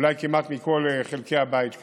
אולי כמעט מכל חלקי הבית כאן,